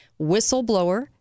whistleblower